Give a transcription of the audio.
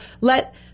let